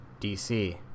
dc